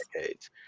decades